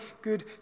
good